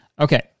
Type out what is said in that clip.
Okay